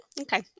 Okay